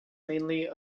mainly